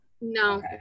no